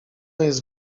jest